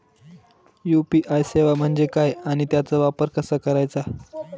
UPI सेवा म्हणजे काय आणि त्याचा वापर कसा करायचा?